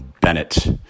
Bennett